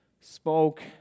spoke